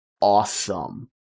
awesome